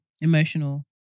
emotional